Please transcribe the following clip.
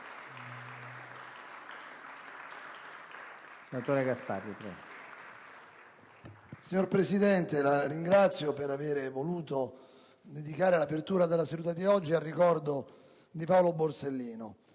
Signor Presidente, la ringrazio per aver voluto dedicare l'apertura della seduta odierna al ricordo di Paolo Borsellino